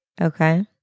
Okay